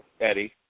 Eddie